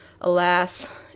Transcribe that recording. Alas